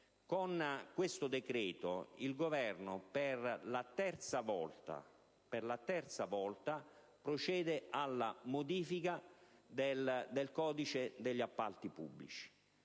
opere pubbliche, il Governo per la terza volta procede alla modifica del codice degli appalti pubblici